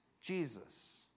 Jesus